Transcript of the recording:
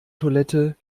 toilette